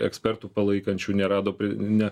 ekspertų palaikančių nerado net